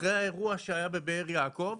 אחרי האירוע שהיה בבאר יעקב,